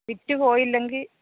വിറ്റ് പോയില്ലെങ്കിൽ